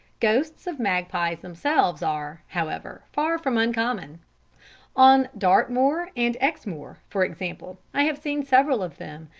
ghosts of magpies themselves are, however, far from uncommon on dartmoor and exmoor, for example, i have seen several of them,